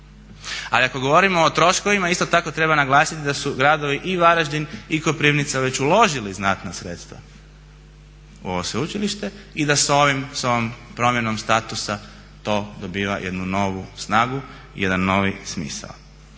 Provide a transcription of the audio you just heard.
Ali ako govorimo o troškovima isto tako treba naglasiti da su gradovi i Varaždin i Koprivnica već uložili znatna sredstva u ovo sveučilište i da s ovom promjenom statusa to dobiva jednu novu snagu i jedan novi smisao.